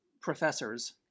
professors